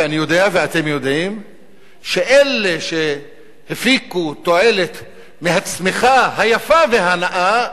ואני יודע ואתם יודעים שאלה שהפיקו תועלת מהצמיחה היפה והנאה,